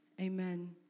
amen